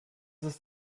ist